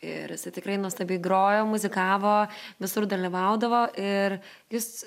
ir jis tikrai nuostabiai grojo muzikavo visur dalyvaudavo ir jis